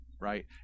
right